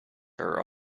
are